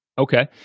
Okay